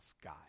sky